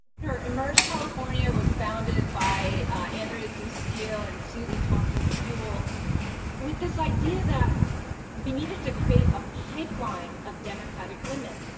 sure. emerge california was founded by andrea dew steele and susie tompkins buell with this idea that we needed to create a pipeline of democratic women.